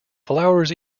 flowers